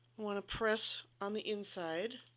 want to press on the inside.